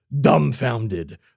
dumbfounded